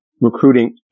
recruiting